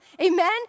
Amen